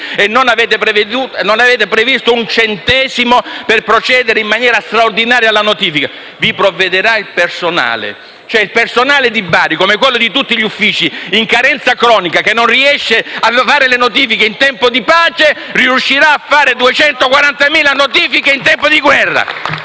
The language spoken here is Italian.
e non avete previsto un centesimo per procedere in maniera straordinaria alla notifica. Dite che vi provvederà il personale: cioè il personale di Bari, che, come quello di tutti gli uffici in carenza cronica, non riesce a fare le notifiche in tempo di pace, riuscirà a fare 240.000 notifiche in tempo di guerra!